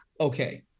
okay